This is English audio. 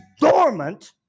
dormant